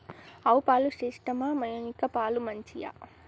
ఆవు పాలు శ్రేష్టమా మేక పాలు మంచియా?